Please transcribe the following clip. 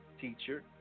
teacher